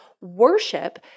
worship